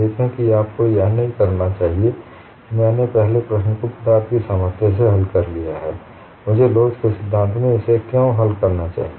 देखें कि आपको यह नहीं कहना चाहिए कि मैंने पहले ही इस प्रश्न को पदार्थ की सामर्थ्य में हल कर लिया है मुझे लोच के सिद्धांत में इसे क्यों हल करना चाहिए